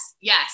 Yes